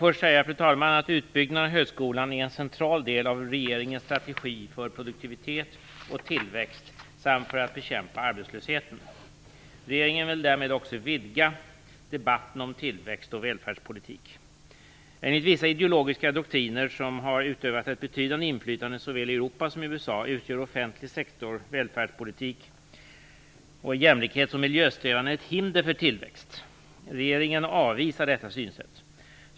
Utbyggnaden av högskolan är en central del av regeringens strategi för produktivitet och tillväxt samt för att bekämpa arbetslösheten. Regeringen vill därmed också vidga debatten om tillväxt och välfärdspolitik. Enligt vissa ideologiska doktriner som har utövat ett betydande inflytande såväl i Europa som i USA utgör offentligt sektor, välfärdspolitik och jämlikhets och miljösträvanden ett hinder för tillväxt. Regeringen avvisar detta synsätt.